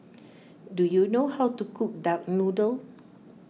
do you know how to cook Duck Noodle